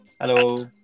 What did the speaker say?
Hello